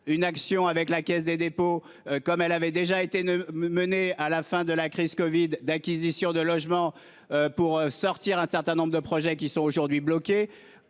une action avec la Caisse des dépôts comme elle avait déjà été ne me mener à la fin de la crise Covid d'acquisition de logement pour sortir un certain nombre de projets qui sont aujourd'hui bloqués